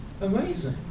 amazing